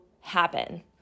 happen